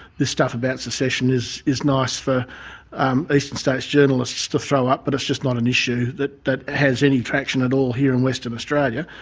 this stuff about secession is is nice for um eastern states journalists to throw up, but it's just not an issue that that has any traction at all here in western australia.